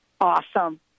Awesome